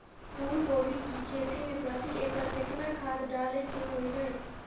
फूलकोबी की खेती मे प्रति एकर केतना खाद डालय के होय हय?